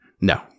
No